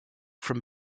from